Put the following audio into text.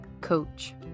coach